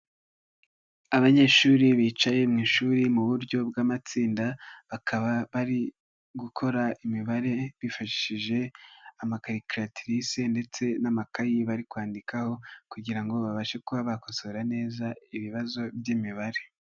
Abanyeshuri bicaye mu ishuri mu buryo bw'amatsinda. Bakaba bari gukora imibare bifashishije amakari kiratirise ndetse n'amakayi bari kwandikaho kugira ngo babashe kuba bakosora neza ibibazo by'imibare.